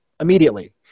immediately